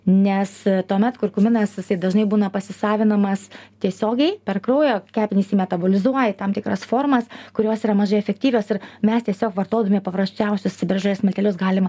nes tuomet kurkuminas jisai dažnai būna pasisavinamas tiesiogiai per kraują kepenys jį metabolizuoja į tam tikras formas kurios yra mažai efektyvios ir mes tiesiog vartodami paprasčiausius ciberžolės miltelius galim